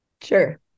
Sure